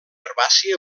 herbàcia